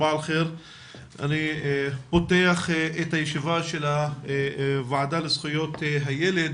אני פותח את הישיבה של הוועדה לזכויות הילד